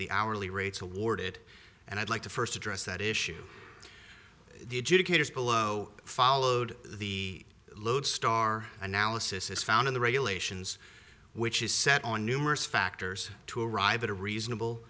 the hourly rates awarded and i'd like to first address that issue the educators below followed the lodestar analysis is found in the regulations which is set on numerous factors to arrive at a reasonable